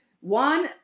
One